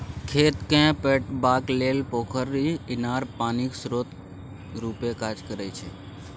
खेत केँ पटेबाक लेल पोखरि, इनार पानिक स्रोत रुपे काज करै छै